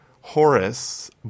Horace